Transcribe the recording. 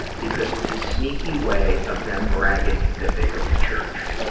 because it's a sneaky way of them bragging that they go to church.